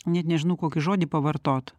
net nežinau kokį žodį pavartot